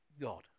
God